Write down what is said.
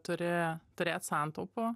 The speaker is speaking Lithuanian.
turi turėt santaupų